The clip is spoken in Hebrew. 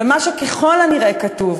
ומה שככל הנראה כתוב,